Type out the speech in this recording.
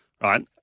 Right